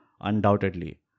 undoubtedly